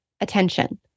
attention